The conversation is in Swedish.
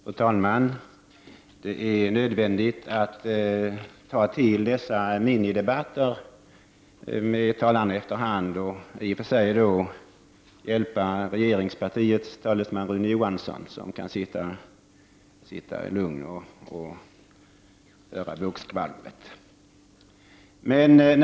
Fru talman! Det är nödvändigt att efter hand ta till dessa minidebatter med talarna — som i och för sig hjälper regeringspartiets talesman Rune Johansson, som kan sitta lugn och höra vågskvalpet.